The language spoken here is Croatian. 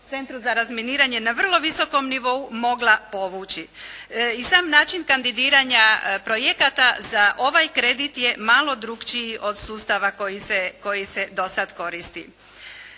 centru za razminiranje na vrlo visokom nivou mogla povući. I sam način kandidiranja projekata za ovaj kredit je malo drukčiji od sustava koji se do sada koristi.